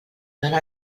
dóna